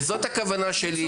וזוהי הכוונה שלי,